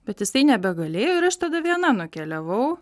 bet jisai nebegalėjo ir aš tada viena nukeliavau